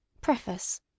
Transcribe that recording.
Preface